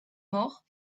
morts